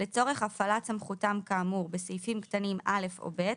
לצורך הפעלת סמכותם כאמור בסעיפים קטנים (א) או (ב),